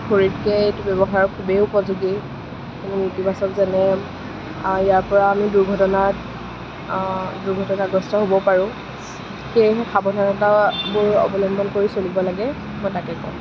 খৰিতকে জৈৱসাৰ খুবেই উপযোগী কিন্তু ইতিবাচক যেনে ইয়াৰ পৰা আমি দুৰ্ঘটনাত দুৰ্ঘটনাগ্ৰস্ত হ'ব পাৰোঁ সেয়েহে সাৱধানতাবোৰ অৱলম্বন কৰি চলিব লাগে মই তাকেই কওঁ